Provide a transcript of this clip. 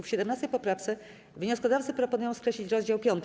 W 17. poprawce wnioskodawcy proponują skreślić rozdział 5.